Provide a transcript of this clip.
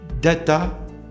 data